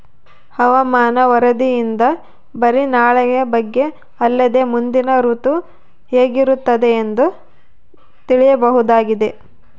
ಹವಾಮಾನ ವರದಿಯಿಂದ ಬರಿ ನಾಳೆಯ ಬಗ್ಗೆ ಅಲ್ಲದೆ ಮುಂದಿನ ಋತು ಹೇಗಿರುತ್ತದೆಯೆಂದು ತಿಳಿಯಬಹುದಾಗಿದೆ